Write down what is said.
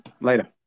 Later